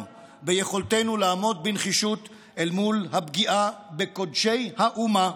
ביכולתנו לעמוד בנחישות אל מול הפגיעה בקודשי האומה,